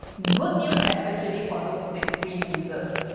good news, especially for those big screen users.